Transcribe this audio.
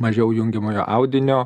mažiau jungiamojo audinio